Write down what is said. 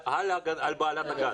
היא על בעלת הגן.